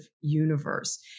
universe